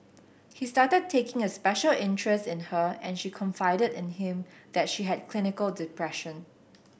he started taking a special interest in her and she confided in him that she had clinical depression